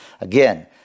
Again